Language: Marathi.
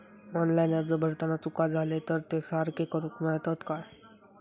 ऑनलाइन अर्ज भरताना चुका जाले तर ते सारके करुक मेळतत काय?